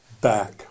back